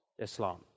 Islam